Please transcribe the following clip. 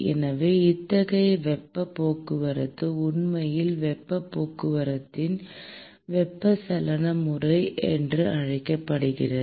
எனவே அத்தகைய வெப்பப் போக்குவரத்து உண்மையில் வெப்பப் போக்குவரத்தின் வெப்பச்சலன முறை என்று அழைக்கப்படுகிறது